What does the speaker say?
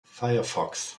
firefox